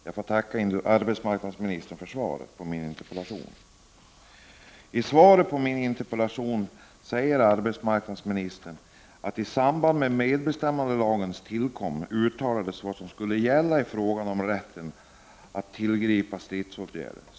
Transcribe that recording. Herr talman! Jag tackar arbetsmarknadsministern för svaret på min interpellation. I svaret på interpellationen säger arbetsmarknadsministern följande. : ”I samband med medbestämmandelagens tillkomst uttalades vad som skulle gälla i fråga om rätten att tillgripa stridsåtgärder.